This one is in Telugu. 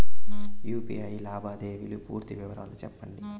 యు.పి.ఐ లావాదేవీల పూర్తి వివరాలు సెప్పండి?